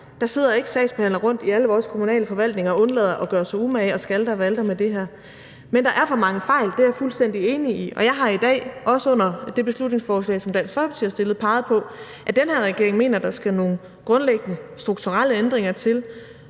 Der sidder ikke sagsbehandlere rundtom i alle vores kommunale forvaltninger og undlader at gøre sig umage og skalter og valter med det her. Men der er for mange fejl – det er jeg fuldstændig enig i. Og jeg har i dag, også under det beslutningsforslag, som Dansk Folkeparti har fremsat, peget på, at den her regering mener, at der skal nogle grundlæggende strukturelle ændringer til,